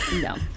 No